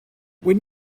when